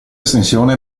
estensione